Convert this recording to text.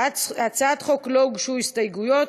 להצעת החוק לא הוגשו הסתייגויות.